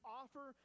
offer